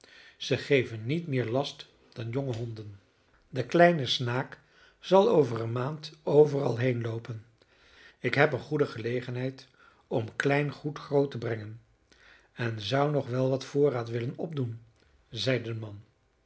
zij geven niet meer last dan jonge honden de kleine snaak zal over een maand overal heenloopen ik heb een goede gelegenheid om klein goed groot te brengen en zou nog wel wat voorraad willen opdoen zeide de man